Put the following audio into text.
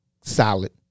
solid